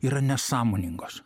yra nesąmoningos